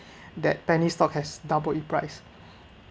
that penny stock has doubled in price